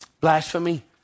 Blasphemy